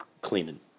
cleaning